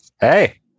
Hey